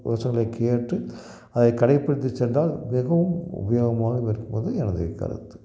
யோசனைகளைக் கேட்டு அதைக் கடைப்பிடித்துச் சென்றால் மிகவும் உபயோகமாக இருக்கும் என்பது எனது கருத்து